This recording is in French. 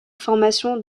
formation